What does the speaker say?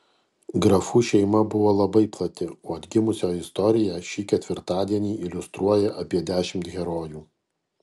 grafų šeima buvo labai plati o atgimusią istoriją šį ketvirtadienį iliustruoja apie dešimt herojų